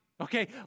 okay